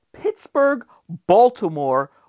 Pittsburgh-Baltimore